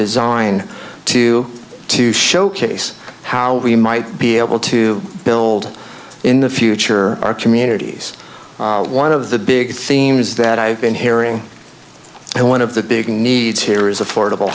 design to to showcase how we might be able to build in the future our communities one of the big themes that i've been hearing and one of the big needs here is affordable